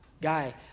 guy